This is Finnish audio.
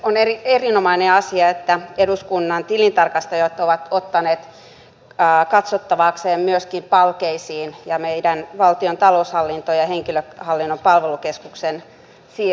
on erinomainen asia että eduskunnan tilintarkastajat ovat ottaneet katsottavakseen myöskin palkeisiin meidän valtion talous ja henkilöhallinnon palvelukeskukseen siirtymisen